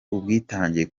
ubwitange